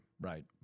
Right